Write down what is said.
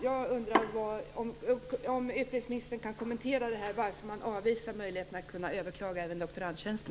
Jag undrar om utbildningsministern kan svara på varför man avvisar möjligheten att även överklaga tillsättande av doktorandtjänster.